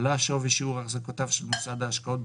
עלה שווי שיעור החזקותיו של מוסד ההשקעות,